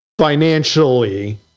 financially